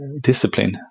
discipline